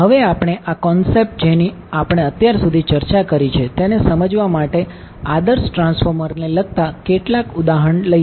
હવે આપણે આ કોન્સેપ્ટ જેની આપણે અત્યાર સુધી ચર્ચા કરી છે તેને સમજવા માટે આદર્શ ટ્રાન્સફોર્મરને લગતા કેટલાક ઉદાહરણ લઈએ